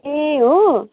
ए हो